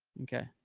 okay.